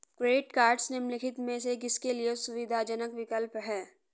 Credit cards निम्नलिखित में से किसके लिए सुविधाजनक विकल्प हैं?